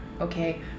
okay